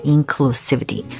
Inclusivity